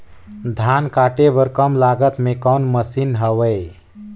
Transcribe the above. धान काटे बर कम लागत मे कौन मशीन हवय?